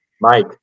Mike